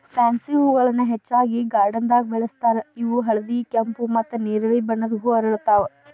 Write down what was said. pansy ಹೂಗಳನ್ನ ಹೆಚ್ಚಾಗಿ ಗಾರ್ಡನ್ದಾಗ ಬೆಳೆಸ್ತಾರ ಇವು ಹಳದಿ, ಕೆಂಪು, ಮತ್ತ್ ನೆರಳಿ ಬಣ್ಣದ ಹೂ ಅರಳ್ತಾವ